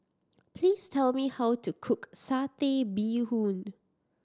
please tell me how to cook Satay Bee Hoon